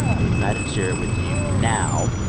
i'm excited to share it with you now.